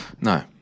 No